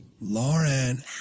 Lauren